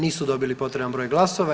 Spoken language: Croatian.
Nisu dobili potreban broj glasova.